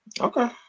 Okay